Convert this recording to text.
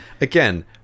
again